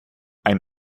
ein